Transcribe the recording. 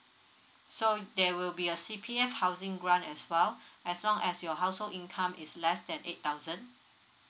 so there will be a c p f housing grant as well as long as your household income is less than eight thousand